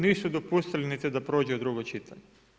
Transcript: Nisu dopustiti niti da prođe u drugo čitanje.